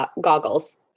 goggles